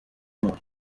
muntu